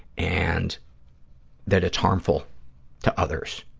and that it's harmful to others,